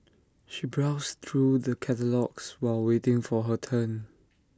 she browsed through the catalogues while waiting for her turn